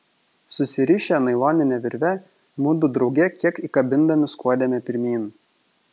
susirišę nailonine virve mudu drauge kiek įkabindami skuodėme pirmyn